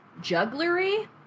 jugglery